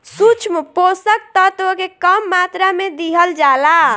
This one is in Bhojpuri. सूक्ष्म पोषक तत्व के कम मात्रा में दिहल जाला